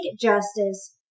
justice